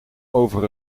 over